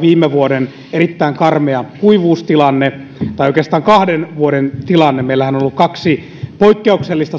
viime vuoden erittäin karmea kuivuustilanne tai oikeastaan kahden vuoden tilanne meillähän on ollut kaksi poikkeuksellista